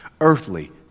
Earthly